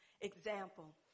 example